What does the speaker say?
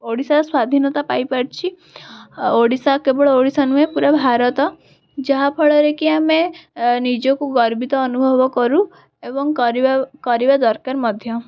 ଓଡ଼ିଶା ସ୍ଵାଧୀନତା ପାଇପାରିଛି ଆଉ ଓଡ଼ିଶା କେବଳ ଓଡ଼ିଶା ନୁହେଁ ପୁରା ଭାରତ ଯାହାଫଳରେ କି ଆମେ ନିଜକୁ ଗର୍ବିତ ଅନୁଭବ କରୁ ଏବଂ କରିବା କରିବା ଦରକାର ମଧ୍ୟ